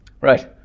Right